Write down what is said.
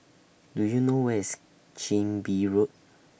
Do YOU know Where IS Chin Bee Road